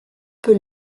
peut